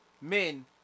men